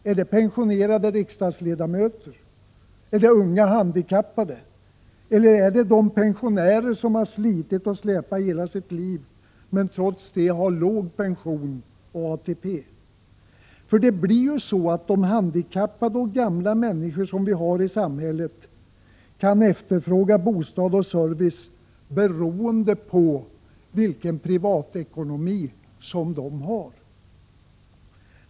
Är det pensionerade riksdagsledamöter, unga handikappade eller de pensionärer som har slitit och släpat hela sitt liv men trots det har låg pension och ATP? Det blir ju så att de handikappade och gamla som vi har i samhället kan efterfråga bostad och service beroende på vilken privatekonomi som de har.